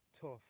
tough